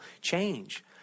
change